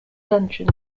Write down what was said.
dungeon